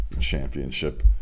championship